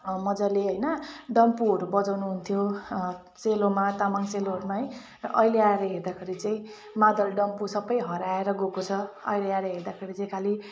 अब मजाले होइन डम्फूहरू बजाउनुहुन्थ्यो सेलोमा तामाङ सेलोहरूमा है अहिले आएर हेर्दाखेरि चाहिँ मादल डम्फू सबै हराएर गएको छ अहिले आएर हेर्दाखेरि चाहिँ खालि